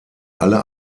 alle